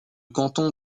canton